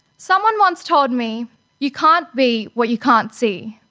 someone once told me you can't be what you can't see.